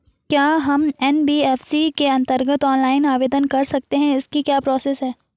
क्या हम एन.बी.एफ.सी के अन्तर्गत ऑनलाइन आवेदन कर सकते हैं इसकी क्या प्रोसेस है?